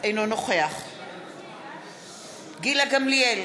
אינו נוכח גילה גמליאל,